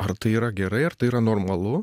ar tai yra gerai ar tai yra normalu